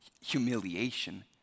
humiliation